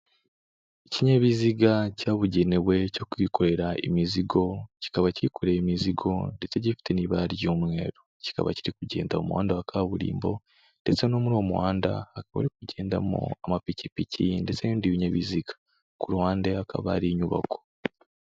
Ikinyabiziga cyabugenewe cyo kwikorera imizigo, kikaba kikoreye imizigo ndetse gifite n'ibara ry'umweru, kikaba kiri kugenda mu muhanda wa kaburimbo, ndetse no muri uwo muhanda, hakaba hari kugendamo amapikipiki ndetse n'ibindi binyabiziga, ku ruhande hakaba hari inyubako.